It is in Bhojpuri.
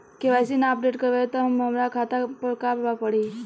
के.वाइ.सी ना अपडेट करवाएम त हमार खाता पर का प्रभाव पड़ी?